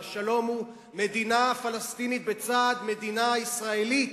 והשלום הוא מדינה פלסטינית בצד מדינה ישראלית,